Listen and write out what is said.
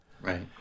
right